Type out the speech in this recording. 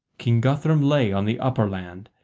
king guthrum lay on the upper land,